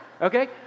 okay